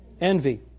Envy